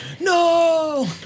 No